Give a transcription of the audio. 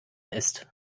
ist